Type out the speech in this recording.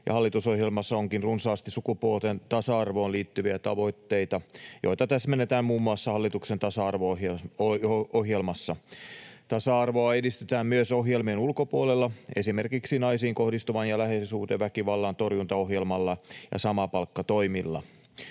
hallitusohjelmassa onkin runsaasti sukupuolten tasa-arvoon liittyviä tavoitteita, joita täsmennetään muun muassa hallituksen tasa-arvo-ohjelmassa. Tasa-arvoa edistetään myös ohjelmien ulkopuolella: esimerkiksi naisiin kohdistuvan ja lähisuhdeväkivallan torjuntaohjelmalla ja samapalkkatoimilla.